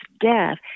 death